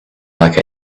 like